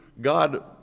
God